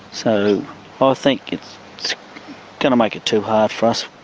so i think it's going to make it too hard for us.